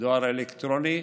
הדואר האלקטרוני,